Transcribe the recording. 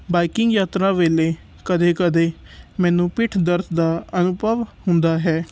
biking ਯਾਤਰਾ ਵੇਲੇ ਕਦੇ ਕਦੇ ਮੈਨੂੰ ਪਿੱਠ ਦਰਦ ਦਾ ਅਨੁਭਵ ਹੁੰਦਾ ਹੈ